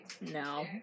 No